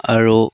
আৰু